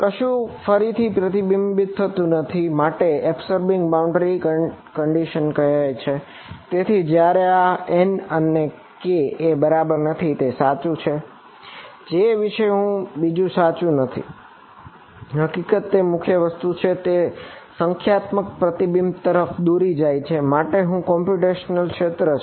કશું ફરીથી પ્રતિબિંબિત થતું નથી તે માટે તેને એબસોરબિંગ બાઉન્ડ્રી કંડીશન ક્ષેત્ર છે